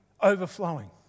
overflowing